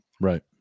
Right